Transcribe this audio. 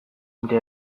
nire